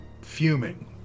fuming